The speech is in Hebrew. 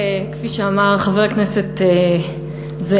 כפי שאמר חבר הכנסת זאב,